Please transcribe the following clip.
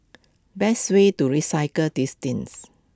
best way to recycle these tins